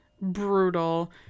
Brutal